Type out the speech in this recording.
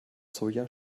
soja